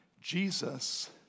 Jesus